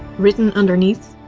written underneath.